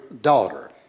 daughter